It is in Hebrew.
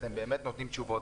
אתם באמת נותנים תשובות.